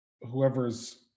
whoever's